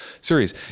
series